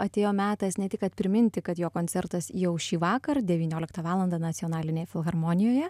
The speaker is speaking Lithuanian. atėjo metas ne tik kad priminti kad jo koncertas jau šįvakar devynioliktą valandą nacionalinėj filharmonijoje